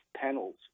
panels